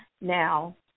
Now